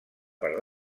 per